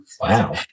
Wow